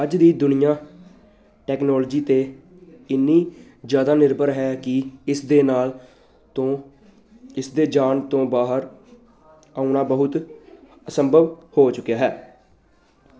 ਅੱਜ ਦੀ ਦੁਨੀਆਂ ਟੈਕਨੋਲਜੀ 'ਤੇ ਇੰਨੀ ਜ਼ਿਆਦਾ ਨਿਰਭਰ ਹੈ ਕਿ ਇਸ ਦੇ ਨਾਲ ਤੋਂ ਇਸਦੇ ਜਾਣ ਤੋਂ ਬਾਹਰ ਆਉਣਾ ਬਹੁਤ ਅਸੰਭਵ ਹੋ ਚੁੱਕਿਆ ਹੈ